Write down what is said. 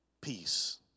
peace